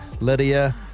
Lydia